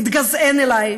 התגזען עלי,